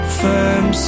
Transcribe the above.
firm